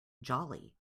jolly